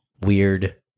weird